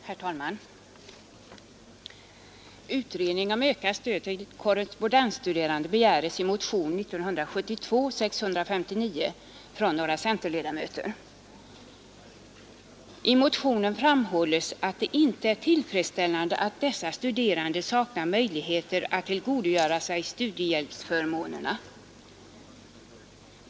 Herr talman! Utredning om ökat stöd till korrespondensstuderande begäres i motionen 659 år 1972 från några centerpartiledamöter. I motionen framhålles, att det inte är tillfredsställande att dessa studerande saknar möjligheter att tillgodogöra sig studiehjälpsförmånerna.